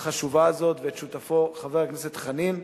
החשובה הזאת ואת שותפו חבר הכנסת חנין.